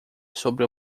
sobre